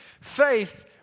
faith